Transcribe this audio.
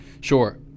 Sure